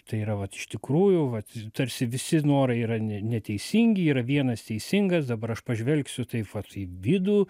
tai yra vat iš tikrųjų vat tarsi visi norai yra neteisingi yra vienas teisingas dabar aš pažvelgsiu taip vat į vidų